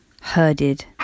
herded